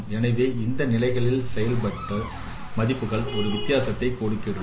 எனவே இந்த நிலைகளில் செயல்பாட்டு மதிப்புகள் ஒரு வித்தியாசத்தை கொடுக்கின்றன